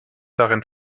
darin